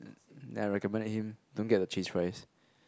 then I recommended him don't get the cheese fries